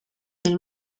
del